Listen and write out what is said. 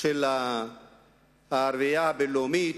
של הרביעייה הבין-לאומית,